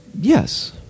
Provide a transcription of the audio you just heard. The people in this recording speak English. Yes